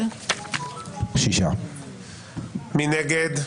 מי נגד?